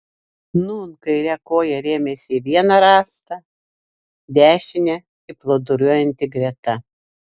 nūn kaire koja rėmėsi į vieną rąstą dešine į plūduriuojantį greta